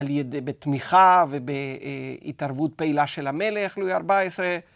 ‫על ידי בתמיכה ובהתערבות ‫פעילה של המלך, לואי ה14.